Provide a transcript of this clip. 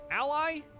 ally